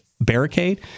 barricade